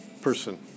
person